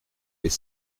les